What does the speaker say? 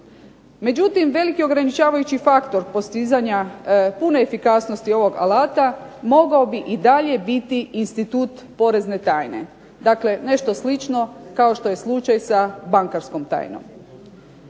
Međutim veliki ograničavajući faktor postizanja pune efikasnosti ovog alata mogao bi i dalje biti institut porezne tajne, dakle nešto slično kao što je slučaj sa bankarskom tajnom.